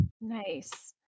Nice